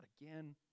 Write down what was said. again